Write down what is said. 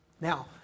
Now